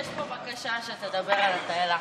יש פה בקשה שתדבר על תאי הלחץ.